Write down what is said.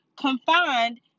confined